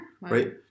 Right